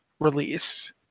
Release